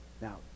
now